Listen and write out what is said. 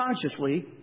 consciously